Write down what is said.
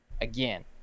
again